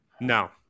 No